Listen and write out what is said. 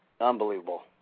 unbelievable